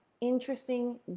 interesting